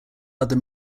other